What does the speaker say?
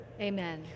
Amen